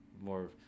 more